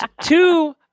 two